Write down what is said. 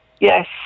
Yes